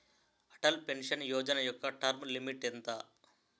Atal pension Yojana యెక్క term limit ఎంత?